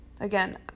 Again